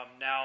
Now